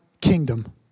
kingdom